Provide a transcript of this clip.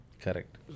Correct